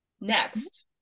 next